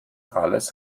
alles